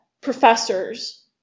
professors